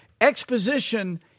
Exposition